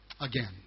Again